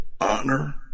honor